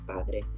Padre